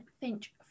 Finch